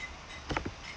yes